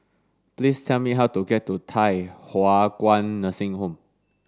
please tell me how to get to Thye Hua Kwan Nursing Home